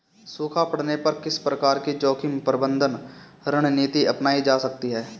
सूखा पड़ने पर किस प्रकार की जोखिम प्रबंधन रणनीति अपनाई जा सकती है?